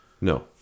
No